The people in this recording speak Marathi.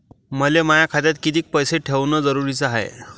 मले माया खात्यात कितीक पैसे ठेवण जरुरीच हाय?